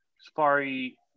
Safari